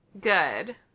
Good